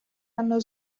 hanno